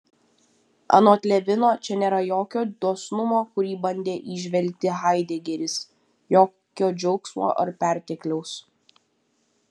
anot levino čia nėra jokio dosnumo kurį bandė įžvelgti haidegeris jokio džiaugsmo ar pertekliaus